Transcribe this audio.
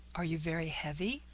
are you very heavy?